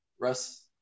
Russ